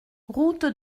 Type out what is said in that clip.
route